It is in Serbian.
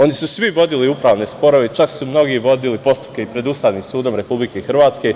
Oni su svi vodili upravne sporove i čak su mnogi vodili postupke pred Ustavnim sudom Republike Hrvatske.